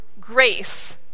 grace